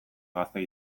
gazte